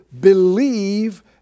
believe